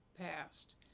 passed